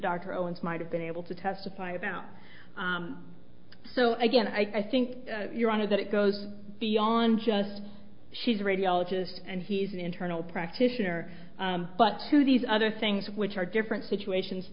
dr owens might have been able to testify about so again i think your honor that it goes beyond just she's a radiologist and he's an internal practitioner but to these other things which are different situations